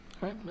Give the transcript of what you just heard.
Right